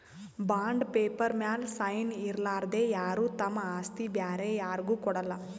bond paper ಮ್ಯಾಲ್ sign ಇರಲಾರ್ದೆ ಯಾರು ತಮ್ ಆಸ್ತಿ ಬ್ಯಾರೆ ಯಾರ್ಗು ಕೊಡಲ್ಲ